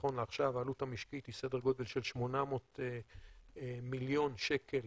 נכון לעכשיו היא סדר גודל של 800 מיליון שקל